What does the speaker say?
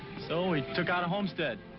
so he took out a homestead.